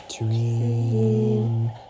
dream